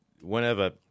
whenever